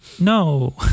No